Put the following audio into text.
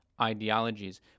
ideologies